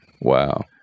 Wow